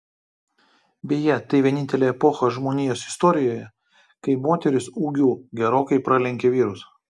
beje tai vienintelė epocha žmonijos istorijoje kai moterys ūgiu gerokai pralenkė vyrus